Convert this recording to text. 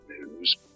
news